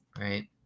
right